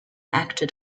acted